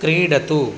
क्रीडतु